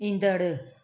ईंदड़ु